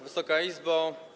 Wysoka Izbo!